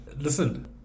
listen